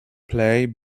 play